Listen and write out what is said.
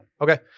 Okay